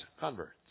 converts